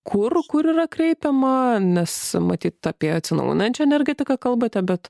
kur kur yra kreipiama nes matyt apie atsinaujinančią energetiką kalbate bet